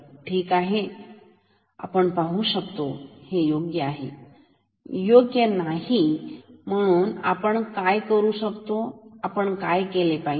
ठीक आहे तर आपण पाहू शकतो हे योग्य आहे हे योग्य नाही म्हणून आपण काय करू शकतो आपण काय केले पाहिजे